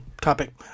topic